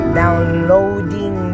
downloading